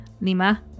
lima